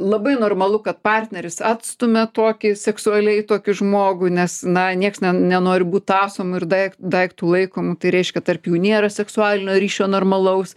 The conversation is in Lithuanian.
labai normalu kad partneris atstumia tokį seksualiai tokį žmogų nes na nieks nenori būt tąsomu ir daikt daiktu laikomu tai reiškia tarp jų nėra seksualinio ryšio normalaus